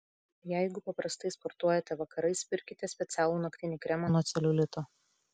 jeigu paprastai sportuojate vakarais pirkite specialų naktinį kremą nuo celiulito